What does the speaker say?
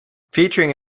featuring